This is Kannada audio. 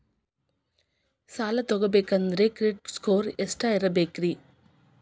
ಸಾಲ ತಗೋಬೇಕಂದ್ರ ಕ್ರೆಡಿಟ್ ಸ್ಕೋರ್ ಎಷ್ಟ ಇರಬೇಕ್ರಿ?